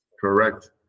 correct